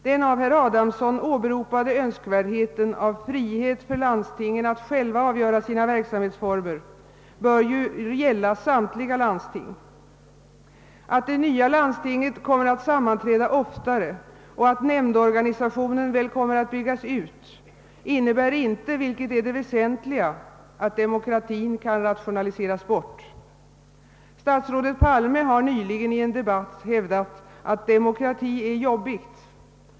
Den av herr Adamsson åberopade önskvärdheten av frihet för landstingen att själva avgöra sina verksamhetsformer torde böra gälla samtliga landsting. Att det nya landstinget kommer att sammanträda oftare och att nämndorganisationen kommer att byggas ut innebär inte, vilket är det väsentliga, att demokratin kan rationaliseras bort, Statsrådet Palme har nyligen i-en debatt hävdat att demokrati är jobbigt.